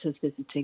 visiting